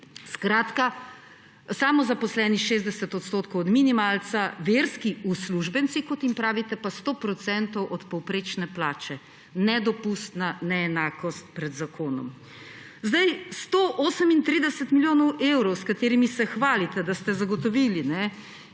Skratka, samozaposleni 60 odstotkov od minimalca, verski uslužbenci, kot jim pravite, pa 100-procentov od povprečne plače. Nedopustna neenakost pred zakonom! 138 milijonov evrov, s katerimi se hvalite, da ste zagotovili; ja,